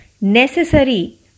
necessary